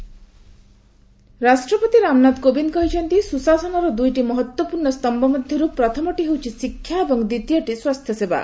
ରାଷ୍ଟ୍ରପତି ରାଷ୍ଟ୍ରପତି ରାମନାଥ କୋବିନ୍ଦ କହିଛନ୍ତି ସ୍ୱଶାସନର ଦ୍ରଇଟି ମହତ୍ତ୍ୱପୂର୍ଣ୍ଣ ସ୍ତମ୍ଭ ମଧ୍ୟରୁ ପ୍ରଥମଟି ହେଉଛି ଶିକ୍ଷା ଏବଂ ଦ୍ୱିତୀୟଟି ସ୍ୱାସ୍ଥ୍ୟସେବା